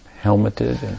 helmeted